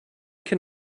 can